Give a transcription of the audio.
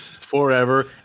forever